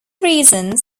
reasons